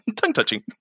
tongue-touching